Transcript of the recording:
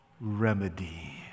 remedy